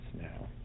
now